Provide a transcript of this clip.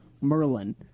Merlin